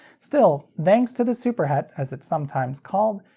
still, thanks to the superhet as it's sometimes called,